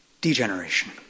Degeneration